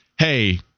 hey